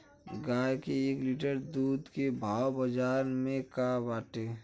गाय के एक लीटर दूध के भाव बाजार में का बाटे?